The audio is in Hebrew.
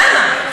למה?